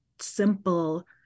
simple